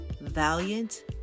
valiant